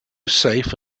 safe